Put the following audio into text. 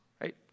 right